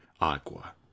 Agua